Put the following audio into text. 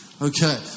Okay